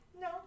No